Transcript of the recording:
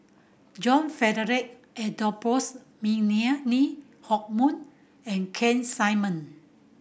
John Frederick Adolphus Lee Hock Moh and Keith Simmon